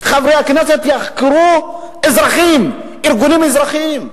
שחברי הכנסת יחקרו אזרחים, ארגונים אזרחיים?